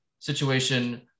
Situation